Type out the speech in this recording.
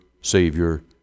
Savior